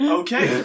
okay